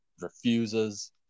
refuses